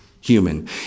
human